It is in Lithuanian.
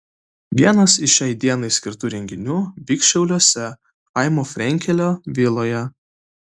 vienas iš šiai dienai skirtų renginių vyks šiauliuose chaimo frenkelio viloje